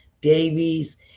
Davies